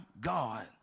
God